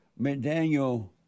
McDaniel